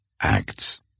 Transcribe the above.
Acts